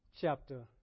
chapter